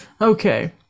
Okay